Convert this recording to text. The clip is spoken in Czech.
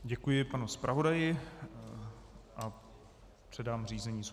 Děkuji panu zpravodaji a předám řízení schůze.